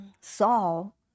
Saul